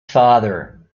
father